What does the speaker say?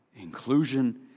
inclusion